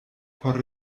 por